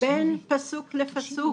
בין פסוק לפסוק